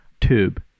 tube